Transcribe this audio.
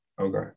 Okay